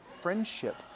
friendship